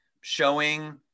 showing